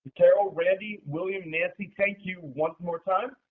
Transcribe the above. carol, randy, william, nancy, thank you one more time.